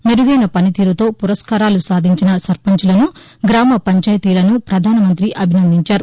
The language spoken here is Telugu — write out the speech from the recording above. మెరుగైన పనితీరుతో పురస్కారాలు సాధించిన సర్పంచ్లను గ్రామ పంచాయతీలను ప్రధాన మంతి అభిసందించారు